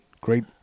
great